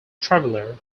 traveler